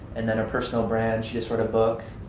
and then a personal brand, she just wrote a book.